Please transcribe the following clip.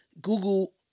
Google